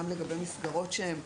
גם לגבי מסגרות לא ממשלתיות,